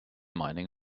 mining